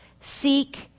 seek